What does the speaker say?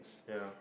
ya